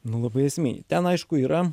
nu labai esminį ten aišku yra